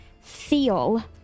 feel